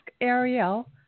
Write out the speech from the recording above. Ariel